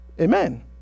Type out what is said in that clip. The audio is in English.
Amen